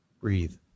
breathe